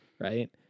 right